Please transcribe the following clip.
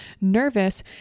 nervous